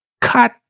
cut